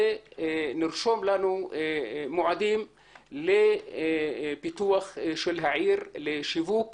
ונרשום לנו מועדים לפיתוח של העיר לשיווק